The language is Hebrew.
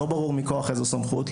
לא ברור מכוח איזו סמכות,